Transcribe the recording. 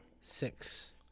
six